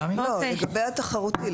לא, לגבי התחרותי.